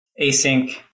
async